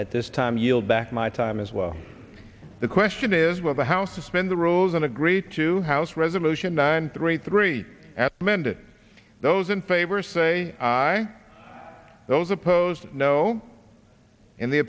at this time yield back my time as well the question is will the house suspend the rules and agree to house resolution nine three three apprehended those in favor say aye those opposed no in the